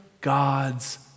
God's